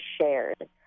shared